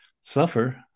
Suffer